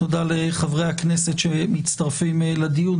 תודה לחברי הכנסת שמצטרפים לדיון.